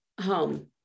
home